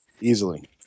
Easily